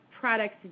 products